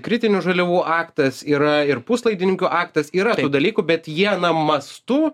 kritinių žaliavų aktas yra ir puslaidininkių aktas yra dalykų bet jie na mąstu